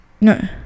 no